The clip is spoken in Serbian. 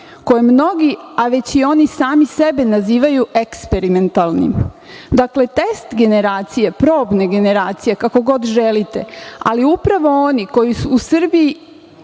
koji mnogi, a već i oni sami sebe nazivaju eksperimentalnim. Dakle, test generacije, probne generacije, kako god želite, ali upravo oni koji su u Srbiji,